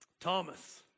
Thomas